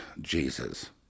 Jesus